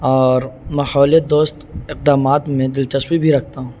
اور ماحول دوست اقدامات میں دلچسپی بھی رکھتا ہوں